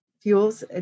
fuels